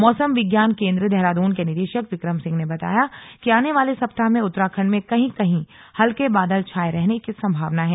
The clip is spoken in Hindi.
मौसम विज्ञान केंद्र देहरादून के निदेशक विक्रम सिंह ने बताया कि आने वाले सप्ताह में उत्तराखंड में कहीं कहीं हल्के बादल छाये रहने की संभावना है